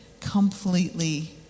completely